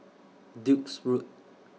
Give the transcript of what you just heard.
Duke's Road